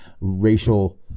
racial